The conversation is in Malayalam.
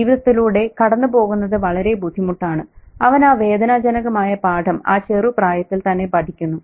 ജീവിതത്തിലൂടെ കടന്നു പോകുന്നത് വളരെ ബുദ്ധിമുട്ടാണ് അവൻ ആ വേദനാജനകമായ പാഠം ആ ചെറുപ്രായത്തിൽ തന്നെ പഠിക്കുന്നു